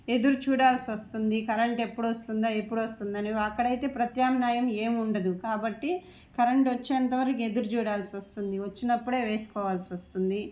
ఎదురుచూడాల్సి వస్తుంది కరెంట్ ఎప్పుడొస్తుందా ఎప్పుడొస్తుందా అక్కడైతే ప్రత్యామ్నాయం ఏమీ ఉండదు కాబట్టి కరెంటు వచ్చేంత వరకు ఎదురుచూడాల్సి వస్తుంది వచ్చినప్పుడే వేసుకోవాల్సి వస్తుంది